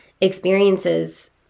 experiences